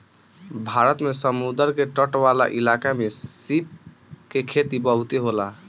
भारत में समुंद्र के तट वाला इलाका में सीप के खेती बहुते होला